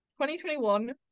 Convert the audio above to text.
2021